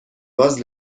باز